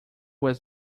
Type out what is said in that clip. was